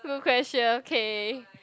good question okay